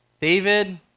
David